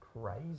crazy